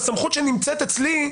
בסמכות שנמצאת אצלי,